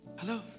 Hello